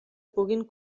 puguin